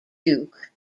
duke